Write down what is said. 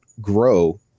grow